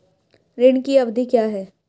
ऋण की अवधि क्या है?